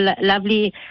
lovely